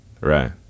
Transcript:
Right